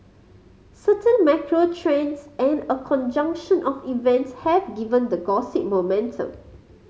certain macro trends and a conjunction of events have given the gossip momentum